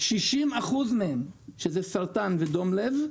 60% מהם זה סרטן ודום לב,